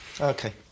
Okay